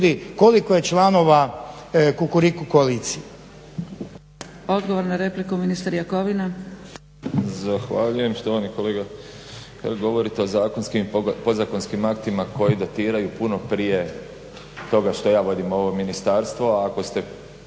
koliko je članova Kukuriku koalicije?